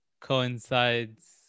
coincides